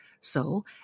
So